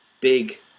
big